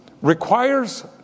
requires